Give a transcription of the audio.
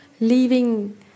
leaving